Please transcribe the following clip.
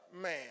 man